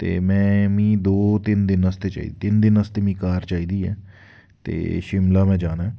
ते में मीं दो तिन्न दिन आस्तै चाहिदी तिन्न दिन आस्तै मीं कार चाहिदी ऐ ते शिमला में जाना ऐ